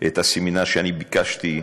את הסמינר שאני ביקשתי.